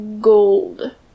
gold